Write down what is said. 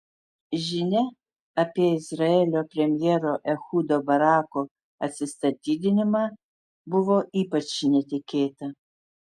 žinia apie izraelio premjero ehudo barako atsistatydinimą buvo ypač netikėta